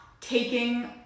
taking